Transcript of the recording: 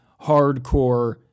hardcore